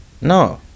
no